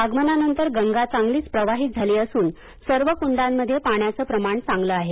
आगमनानंतर गंगा चांगलीच प्रवाहित झाली असून सर्व कुंडांमध्ये पाण्याचं प्रमाण चांगलं आहे